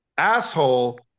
asshole